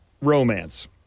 Romance